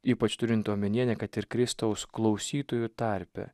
ypač turint omeny kristaus klausytojų tarpe